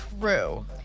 True